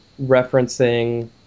referencing